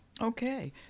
Okay